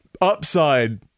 upside